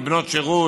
בנות שירות,